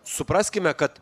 supraskime kad